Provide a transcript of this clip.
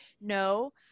No